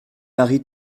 mari